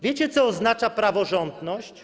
Wiecie, co oznacza praworządność?